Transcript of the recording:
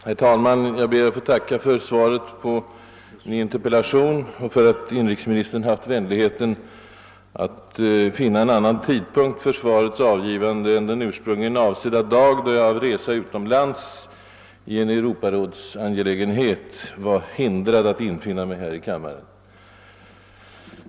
Herr talman! Jag ber att få tacka för svaret på min interpellation och för att inrikesministern för svarets avgivande har haft vänligheten välja en annan tidpunkt än den ursprungligen avsedda dagen, då jag på grund av resa utomlands i en Europarådsangelägenhet var förhindrad att närvara här i kammaren.